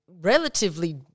relatively